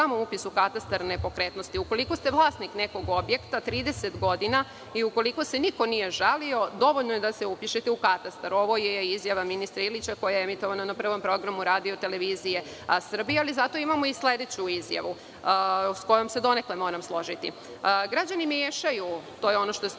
samo upis u katastar nepokretnosti. Ukoliko ste vlasnik nekog objekta 30 godina i ukoliko se niko nije žalio, dovoljno je da se upišete u katastar. Ovo je izjava ministra Ilića koja je emitovana na prvom programu RTS. Zato imamo i sledeću izjavu sa kojom se donekle mogu složiti. Građani većaju i to je ono što ste